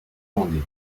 mandé